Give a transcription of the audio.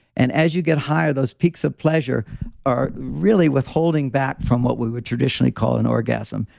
and as you get higher, those peaks of pleasure are really withholding back from what we would traditionally call an orgasm,